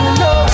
no